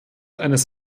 eines